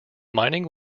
mining